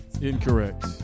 Incorrect